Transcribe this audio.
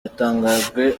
yatangajwe